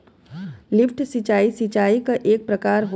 lift सिंचाई, सिंचाई क एक प्रकार होला